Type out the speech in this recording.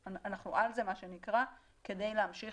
אנחנו "על זה", מה שנקרא, כדי להמשיך.